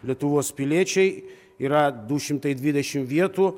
lietuvos piliečiai yra du šimtai dvidešim vietų